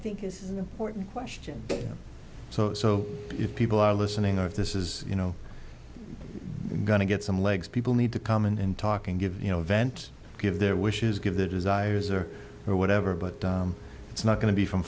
think is important question so so if people are listening or if this is you know going to get some legs people need to come and talk and give you know event give their wishes give their desires or their whatever but it's not going to be from